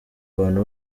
abantu